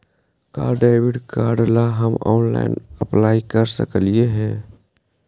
का debit card ला हम ऑनलाइन अप्लाई कर सकली हे?